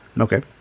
Okay